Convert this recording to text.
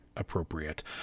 Appropriate